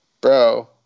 Bro